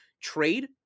trade